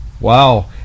Wow